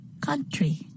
Country